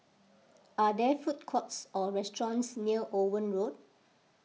are there food courts or restaurants near Owen Road